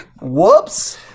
Whoops